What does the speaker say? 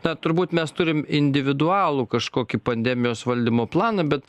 na turbūt mes turim individualų kažkokį pandemijos valdymo planą bet